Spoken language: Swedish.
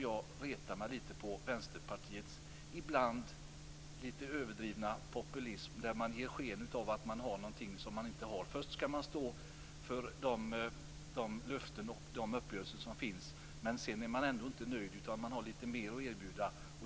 Jag retar mig på Vänsterpartiets ibland lite överdrivna populism där man ger sken av att ha något som man inte har. Först skall man stå för de löften och uppgörelser som finns, sedan är man ändå inte nöjd utan har lite mer att erbjuda.